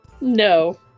No